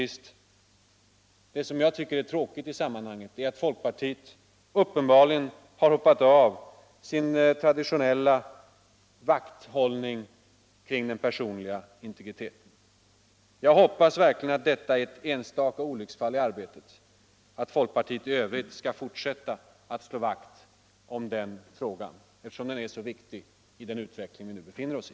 Det som jag tycker är tråkigt i sammanhanget är, till sist, att folkpartiet uppenbarligen har hoppat av från sin traditionella vakthållning kring den personliga integriteten. Jag hoppas verkligen att detta är ett enstaka olycksfall i arbetet och att folkpartiet i övrigt skall fortsätta att slå vakt om den personliga integriteten, eftersom den frågan är så viktig i den utveckling vi nu befinner oss i.